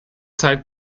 zeit